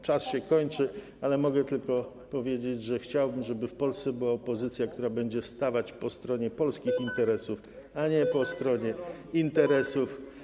Czas się kończy, więc mogę tylko powiedzieć, że chciałbym, żeby w Polsce była opozycja, która będzie stawać po stronie polskich interesów, a nie po stronie interesów.